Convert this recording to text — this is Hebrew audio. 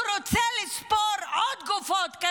הוא כנראה רוצה לספור עוד גופות.